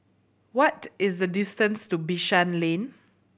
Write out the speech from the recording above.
what is the distance to Bishan Lane